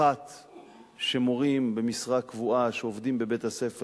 אחת היא שמורים במשרה קבועה שעובדים בבתי-הספר